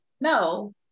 no